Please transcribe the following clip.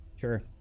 sure